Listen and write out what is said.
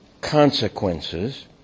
consequences